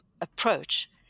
approach